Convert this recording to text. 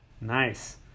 Nice